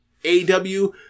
AW